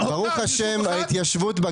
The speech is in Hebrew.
ברוך השם,